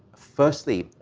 firstly,